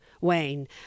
Wayne